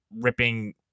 ripping